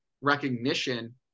recognition